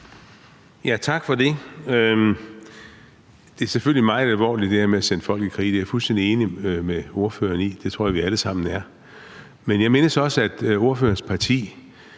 folk i krig er selvfølgelig meget alvorligt, det er jeg fuldstændig enig med ordføreren i. Det tror jeg vi alle sammen er. Men jeg mindes også, at ordførerens parti